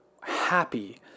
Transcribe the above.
happy